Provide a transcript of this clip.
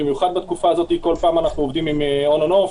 במיוחד בתקופה הזאת כל פעם אנחנו עובדים און אנד אוף,